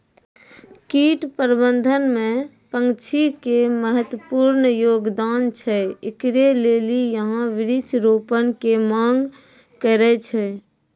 कीट प्रबंधन मे पक्षी के महत्वपूर्ण योगदान छैय, इकरे लेली यहाँ वृक्ष रोपण के मांग करेय छैय?